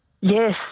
Yes